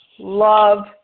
Love